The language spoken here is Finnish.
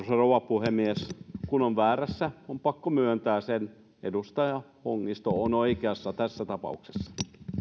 rouva puhemies kun on väärässä on pakko myöntää se edustaja hongisto on oikeassa tässä tapauksessa